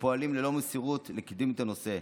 ולפועלים ללא לאות ובמסירות ומקדמים את הנושא.